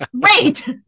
Great